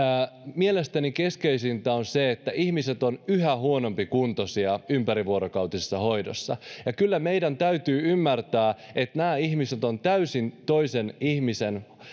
mielestäni keskeisintä on se että ihmiset ovat yhä huonompikuntoisia ympärivuorokautisessa hoidossa kyllä meidän täytyy ymmärtää että nämä ihmiset ovat täysin toisen ihmisen